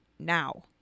Now